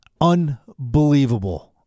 Unbelievable